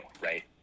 right